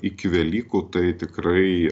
iki velykų tai tikrai